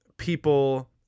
people